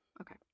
Okay